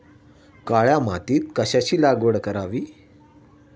काळ्या मातीत कशाची लागवड करावी?